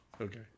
Okay